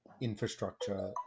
infrastructure